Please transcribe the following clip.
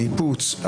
ניפוץ,